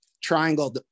triangle